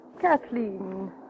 Kathleen